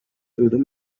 through